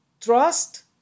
Trust